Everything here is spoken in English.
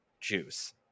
juice